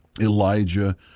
Elijah